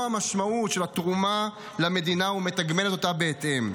המשמעות של התרומה למדינה ומתגמלת אותה בהתאם.